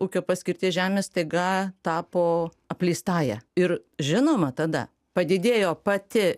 ūkio paskirties žemė staiga tapo apleistąja ir žinoma tada padidėjo pati